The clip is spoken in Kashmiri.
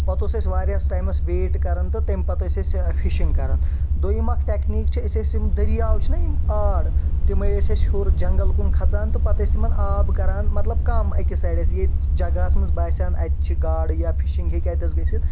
پتہٕ اوس اسہِ واریاہس ٹایمس ویٹ کران تہٕ تمہِ پتہٕ ٲسۍ أسۍ فشنٛگ کران دوٚیِم اکھ ٹٮ۪کنیٖک چھِ أسۍ ٲسۍ یِم دٔریاو چھِنہ یِم آر تِمَے ٲسۍ أسۍ ہیور جنگل کُن کھژان تہٕ پتہٕ ٲسۍ تِمن آب کران مطلب کم أکِس سایڈس یتہِ جگہس منٛز باسہِ ہن اتہِ چھِ گاڈٕ یا فشنٛگ ہیٚکہِ اتٮ۪س گژھِتھ